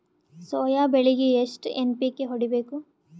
Soya ಬೆಳಿಗಿ ಎಷ್ಟು NPK ಹೊಡಿಬೇಕು?